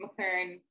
McLaren